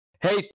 hey